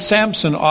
Samson